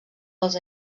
dels